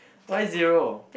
why zero